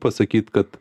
pasakyt kad